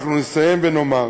אנחנו נסיים ונאמר